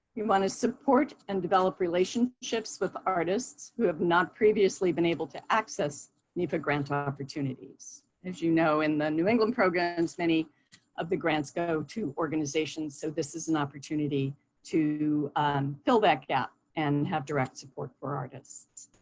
we want to support and develop relationships with artists who have not previously been able to access nefa grant opportunities. as you know, in the new england programs, many of the grants go to organizations. so this is an opportunity to um fill that gap and have direct support for artists.